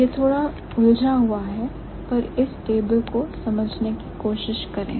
यह थोड़ा उलझा हुआ है पर इस टेबल को समझने की कोशिश करो